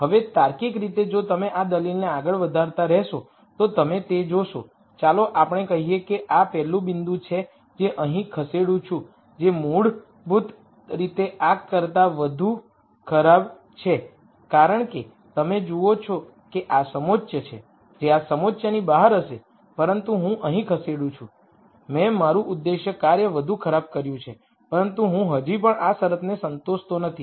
હવે તાર્કિક રીતે જો તમે આ દલીલને આગળ વધારતા રહેશો તો તમે તે જોશો ચાલો આપણે કહીએ કે આ પહેલું બિંદુ છે જે હું અહીં ખસેડું છું જે મૂળભૂત રીતે આ કરતાં વધુ ખરાબ છે કારણ કે તમે જુઓ છો કે આ સમોચ્ચ છે જે આ સમોચ્ચની બહાર હશે પરંતુ હું અહીં ખસેડું છું મેં મારું ઉદ્દેશ્ય કાર્ય વધુ ખરાબ કર્યું છે પરંતુ હું હજી પણ આ શરતને સંતોષતો નથી